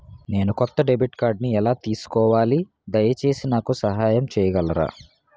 నేను కొత్త డెబిట్ కార్డ్ని ఎలా తీసుకోవాలి, దయచేసి నాకు సహాయం చేయగలరా?